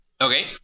Okay